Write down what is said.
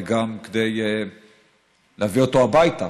וגם כדי להביא אותו הביתה,